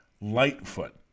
Lightfoot